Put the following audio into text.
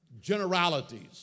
generalities